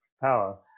power